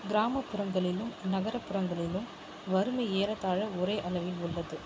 கிராமப்புறங்களிலும் நகர்ப்புறங்களிலும் வறுமை ஏறத்தாழ ஒரே அளவில் உள்ளது